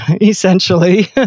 essentially